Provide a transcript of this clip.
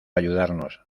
ayudarnos